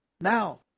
now